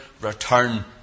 return